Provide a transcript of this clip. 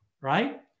right